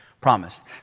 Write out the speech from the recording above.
promised